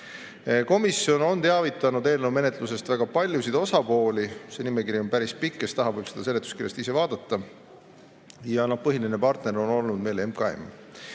tagasi. Komisjon on teavitanud eelnõu menetlusest väga paljusid osapooli. See nimekiri on päris pikk, kes tahab, võib siit seletuskirjast ise vaadata. Ja põhiline partner on olnud meil MKM.